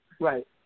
Right